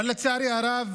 אבל לצערי הרב